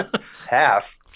Half